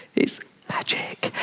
it's magic!